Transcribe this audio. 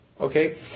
Okay